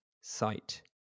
sight